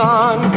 on